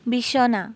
বিছনা